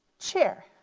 chair.